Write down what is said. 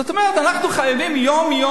זאת אומרת, אנחנו חייבים יום-יום